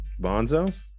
Bonzo